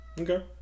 Okay